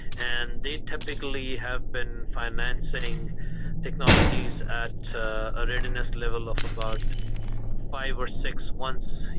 and they typically have been financing technologies at a readiness level of about five or six once